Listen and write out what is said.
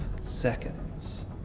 seconds